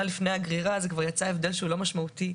לפני הגרירה זה כבר יצא הבדל לא משמעותי,